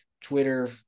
Twitter